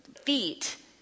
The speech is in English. feet